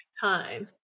time